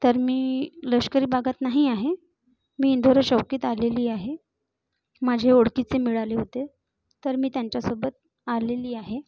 तर मी लष्करी भागात नाही आहे मी इंदोरा चौकीत आलेली आहे माझे ओळखीचे मिळाले होते तर मी त्यांच्यासोबत आलेली आहे